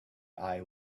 eye